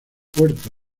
puerto